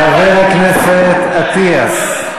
חבר הכנסת אטיאס,